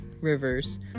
rivers